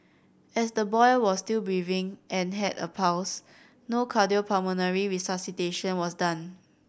as the boy was still breathing and had a pulse no cardiopulmonary resuscitation was done